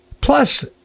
plus